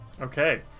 Okay